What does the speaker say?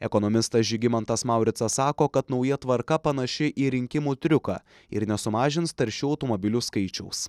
ekonomistas žygimantas mauricas sako kad nauja tvarka panaši į rinkimų triuką ir nesumažins taršių automobilių skaičiaus